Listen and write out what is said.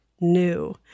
new